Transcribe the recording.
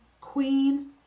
queen